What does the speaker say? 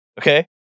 Okay